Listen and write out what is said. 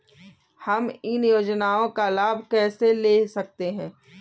हम इन योजनाओं का लाभ कैसे ले सकते हैं?